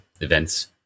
events